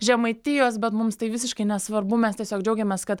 žemaitijos bet mums tai visiškai nesvarbu mes tiesiog džiaugiamės kad